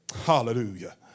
Hallelujah